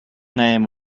name